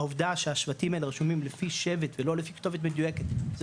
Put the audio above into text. העובדה שהשבטים האלה רשומים לפי שבט ולא לפי כתובת מדויקת זה